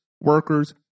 workers